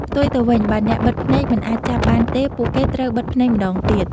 ផ្ទុយទៅវិញ បើអ្នកបិទភ្នែកមិនអាចចាប់បានទេ ពួកគេត្រូវបិទភ្នែកម្ដងទៀត។